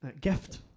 gift